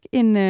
en